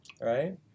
right